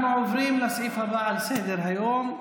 אנחנו עוברים לסעיף הבא על סדר-היום,